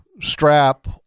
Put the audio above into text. strap